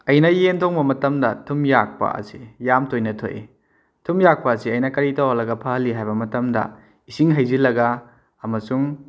ꯑꯩꯅ ꯌꯦꯟ ꯊꯣꯡꯕ ꯃꯇꯝꯗ ꯊꯨꯝ ꯌꯥꯛꯄ ꯑꯁꯤ ꯌꯥꯝꯅ ꯇꯣꯏꯅ ꯊꯣꯛꯏ ꯊꯨꯝ ꯌꯥꯛꯄ ꯑꯁꯤ ꯑꯩꯅ ꯀꯔꯤ ꯇꯧꯍꯜꯂꯒ ꯐꯍꯜꯂꯤ ꯍꯥꯏꯕ ꯃꯇꯝꯗ ꯏꯁꯤꯡ ꯍꯩꯖꯤꯜꯂꯒ ꯑꯃꯁꯨꯡ